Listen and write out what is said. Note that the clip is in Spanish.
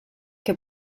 que